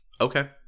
Okay